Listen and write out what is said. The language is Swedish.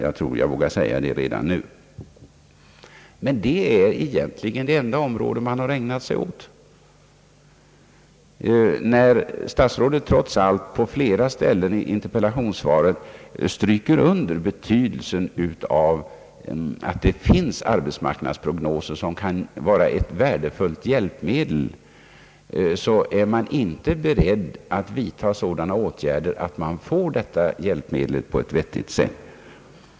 Jag tror att jag vågar säga detta redan nu, men det är egentligen det enda område som man har ägnat sig åt. När statsrådet trots allt på flera ställen i interpellationssvaret styrker under betydelsen av att det finns arbetsmarknadsprognoser, som kan vara ett värdefullt hjälpmedel, är man inte beredd att vidtaga sådana åtgärder att dessa hjälpmedel kan utnyttjas på ett vettigt sätt.